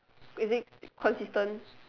is it consistent